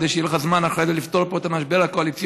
כדי שיהיה לך זמן אחרי זה לפתור פה את המשבר הקואליציוני,